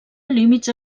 límits